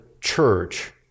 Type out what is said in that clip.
church